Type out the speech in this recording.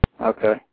Okay